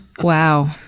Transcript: Wow